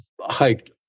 hiked